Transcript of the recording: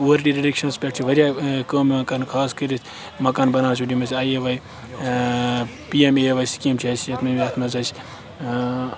poorly relations پیٹھ چھِ واریاہ کٲم یِوان کرنہٕ خاص کٔرِتھ مَکان بَناوان ییٚمِس I A Y P M A Y schemes چھِ آسہِ یتھ منٛز اسہِ